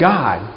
God